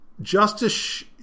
justice